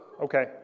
Okay